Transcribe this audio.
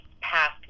passed